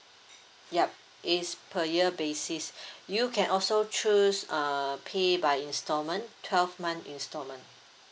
yup is per year basis you can also choose uh pay by installment twelve month installment